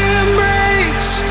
embrace